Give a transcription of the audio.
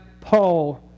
Paul